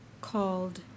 called